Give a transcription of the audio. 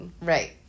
right